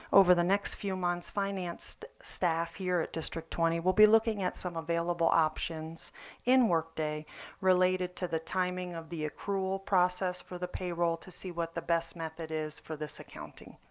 over the next few months finance staff here at district twenty will be looking at some available options in work day related to the timing of the accrual process for the payroll to see what the best method is for this accounting.